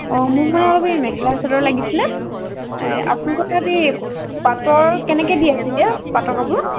অঁ মোক মানে অলপ সেই মেখেলা চাদৰ লাগিছিলে আপোনালোকৰ তাত এই পাটৰ কেনেকৈ দি আছে এতিয়া পাটৰ কাপোৰ